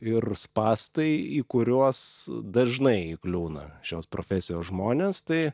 ir spąstai į kuriuos dažnai įkliūna šios profesijos žmonės tai